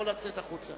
יכול לצאת החוצה.